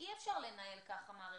אי אפשר לנהל ככה מערכת.